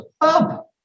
up